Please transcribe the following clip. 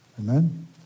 Amen